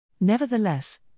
Nevertheless